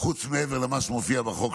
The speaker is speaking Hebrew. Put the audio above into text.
מעבר למה שמופיע בחוק,